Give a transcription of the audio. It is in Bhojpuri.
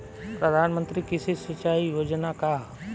प्रधानमंत्री कृषि सिंचाई योजना का ह?